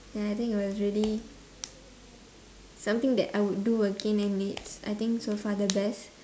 ya I think it was really something that I would do again and it's I think so far the best like